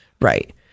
Right